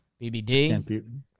BBD